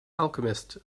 alchemist